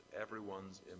everyone's